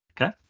Okay